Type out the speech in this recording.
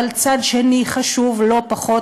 אבל הצד השני חשוב לא פחות,